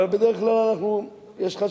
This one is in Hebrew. אבל בדרך כלל יש חשש.